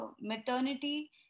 maternity